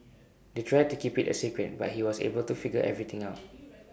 they tried to keep IT A secret but he was able to figure everything out